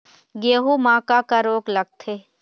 गेहूं म का का रोग लगथे?